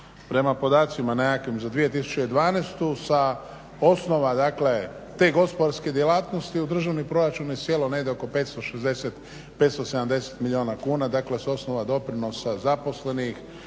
prema podacima nekakvim za 2012.sa osnova te gospodarske djelatnosti u državni proračun je sjelo negdje oko 560, 570 milijuna kuna, dakle s osnova doprinosa zaposlenih,